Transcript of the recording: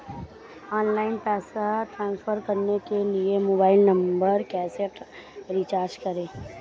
Online पैसे transfer करने के लिए मोबाइल नंबर कैसे रजिस्टर करें?